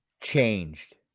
changed